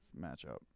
matchup